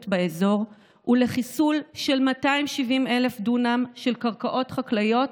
באזור ולחיסול של 270,000 דונם של קרקעות חקלאיות,